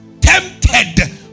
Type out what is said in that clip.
tempted